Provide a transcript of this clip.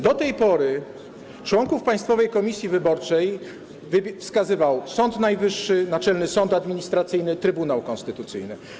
Do tej pory członków Państwowej Komisji Wyborczej wskazywał Sąd Najwyższy, Naczelny Sąd Administracyjny, Trybunał Konstytucyjny.